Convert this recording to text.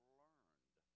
learned